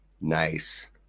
Nice